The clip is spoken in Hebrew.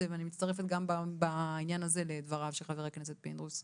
ואני מצטרפת גם בעניין הזה לדבריו של חבר הכנסת פינדרוס.